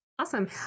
Awesome